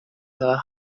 her